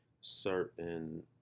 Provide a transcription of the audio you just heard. certain